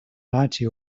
ninety